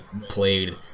played